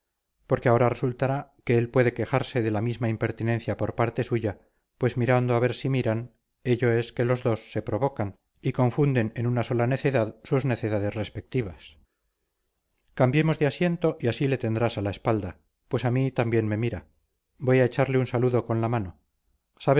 porque ahora resultará que él puede quejarse de la misma impertinencia por parte tuya pues mirando a ver si miran ello es que los dos se provocan y confunden en una sola necedad sus necedades respectivas cambiemos de asiento y así le tendrás a la espalda pues a mí también me mira voy a echarle un saludo con la mano sabes